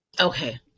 okay